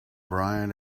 brian